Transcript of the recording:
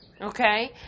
Okay